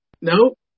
Nope